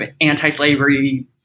anti-slavery